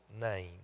name